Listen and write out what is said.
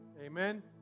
Amen